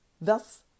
Thus